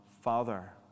father